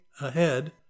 ahead